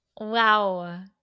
Wow